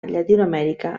llatinoamèrica